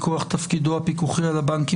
מכוח תפקידו הפיקוחי על הבנקים,